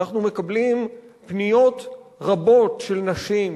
אנחנו מקבלים פניות רבות של נשים,